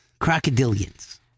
crocodilians